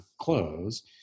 close